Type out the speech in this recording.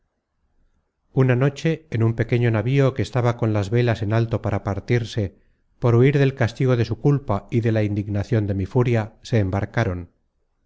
una noche en un pequeño navío que estaba con las velas en alto para partirse por huir del castigo de su culpa y de la indignacion de mi furia se embarcaron